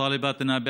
תלמידותינו,